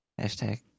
Hashtag